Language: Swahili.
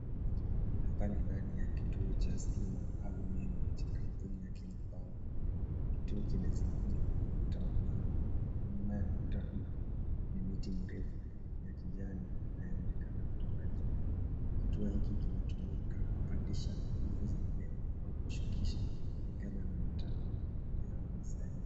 Hapa ni ndani ya kituo cha stima au umeme cha kampuni ya Kenya Power. Kituo kimezingirwa kwa ukuta wa mawe. Nyuma ya ukuta huu ni miti mirefu ya kijani inayoonekana kutoka juu. Kitoa hiki kinatumika kupandisha nguvu za umeme au kushukisha kulingana na matakwa ya wanasayansi.